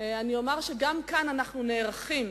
אני אומר שגם כאן אנחנו נערכים,